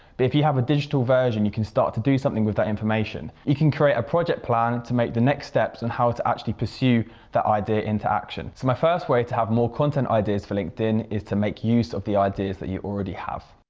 but if you have a digital version, you can start to do something with that information. you can create a project plan to make the next steps and how to actually pursue the idea into action. so my first way to have more content ideas for linkedin is to make use of the ideas that you already have.